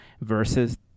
versus